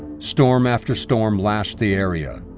storm after storm lashed the area.